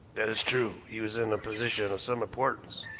that is true. he was in a position of some importance.